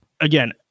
again